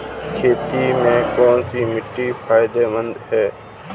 खेती में कौनसी मिट्टी फायदेमंद है?